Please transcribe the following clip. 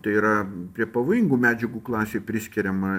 tai yra prie pavojingų medžiagų klasei priskiriama